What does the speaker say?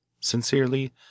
Sincerely